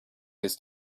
his